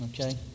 okay